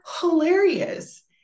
hilarious